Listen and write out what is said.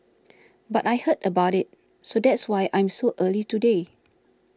but I heard about it so that's why I'm so early today